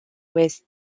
ouest